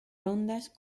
rondas